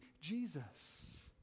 Jesus